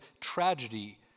tragedy